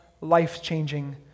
life-changing